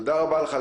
תודה רבה לך.